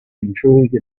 intrigue